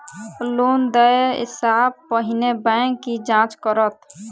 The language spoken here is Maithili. लोन देय सा पहिने बैंक की जाँच करत?